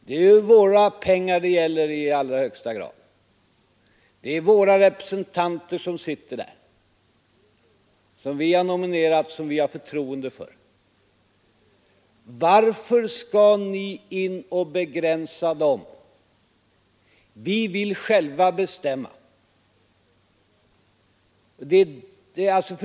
Det är ju i allra högsta grad våra pengar det gäller, och det är våra representanter, folk som vi har nominerat och som vi har förtroende för, som sitter i fondstyrelsen. Varför skall ni gå in och begränsa deras handlingsfrihet? Vi vill själva bestämma.